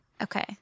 Okay